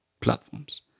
platforms